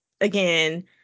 again